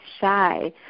shy